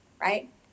right